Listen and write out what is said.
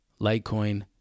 Litecoin